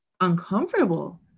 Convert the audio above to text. uncomfortable